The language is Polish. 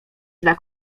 dla